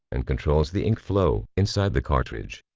and controls the ink flow inside the cartridge.